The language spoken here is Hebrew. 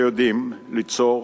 שיודעים ליצור,